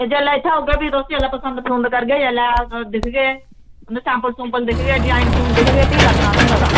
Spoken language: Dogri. जेल्लै इत्थै होगे फ्ही पसंद पुसंद करगे जेल्लै तुस दिखगे सैम्पल सुम्पल दिक्खगे डिजाइन डुजाइन दिक्खगे फ्ही लगना असेंगी पता